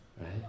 right